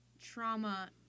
trauma